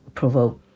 provoke